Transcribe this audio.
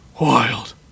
wild